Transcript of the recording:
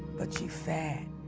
but you fat.